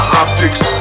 optics